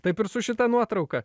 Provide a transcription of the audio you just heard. taip ir su šita nuotrauka